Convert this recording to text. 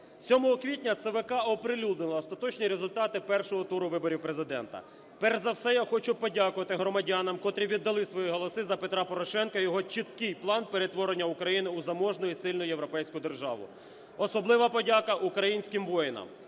7 квітня ЦВК оприлюднило остаточні результати першого туру виборів Президента. Перш за все я хочу подякувати громадянам, котрі віддали свої голоси за Петра Порошенка і його чіткий план перетворення України у заможну і сильну європейську державу. Особлива подяка українським воїнам.